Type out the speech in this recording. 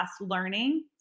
learning